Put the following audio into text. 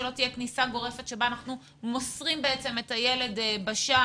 שלא תהיה כניסה גורפת שבה אנחנו מוסרים בעצם את הילד בשער.